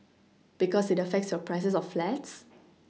because it affects your prices of flats